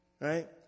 right